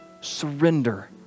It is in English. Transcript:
Surrender